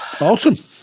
awesome